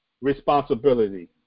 responsibility